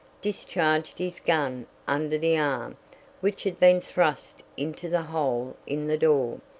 discharged his gun under the arm which had been thrust into the hole in the door.